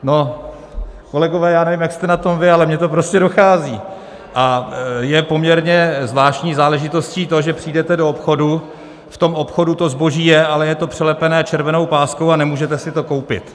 No kolegové, já nevím, jak jste na tom vy, ale mně to prostě dochází, a je poměrně zvláštní záležitostí to, že přijdete do obchodu, v tom obchodu to zboží je, ale je to přelepené červenou páskou a nemůžete si to koupit.